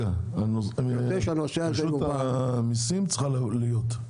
רשות המיסים צריכה להיות כאן.